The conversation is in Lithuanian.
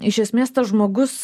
iš esmės tas žmogus